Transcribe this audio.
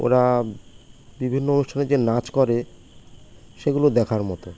ওরা বিভিন্ন উৎসবে যে নাচ করে সেগুলো দেখার মতো